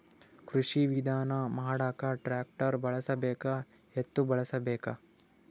ಕೃಷಿ ವಿಧಾನ ಮಾಡಾಕ ಟ್ಟ್ರ್ಯಾಕ್ಟರ್ ಬಳಸಬೇಕ, ಎತ್ತು ಬಳಸಬೇಕ?